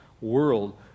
world